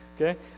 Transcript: okay